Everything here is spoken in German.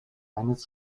eines